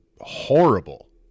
horrible